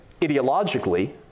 ideologically